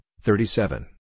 thirty-seven